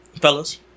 fellas